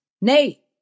Nay